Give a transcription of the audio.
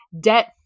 debt